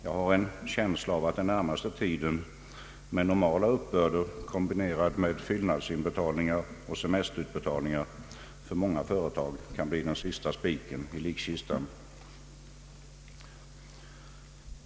Jag har en känsla av att den närmaste tiden, med normala uppbörder kombinerade med fyllnadsinbetalningar och semesterutbetalningar, för många företag kan bli den sista spiken i likkistan.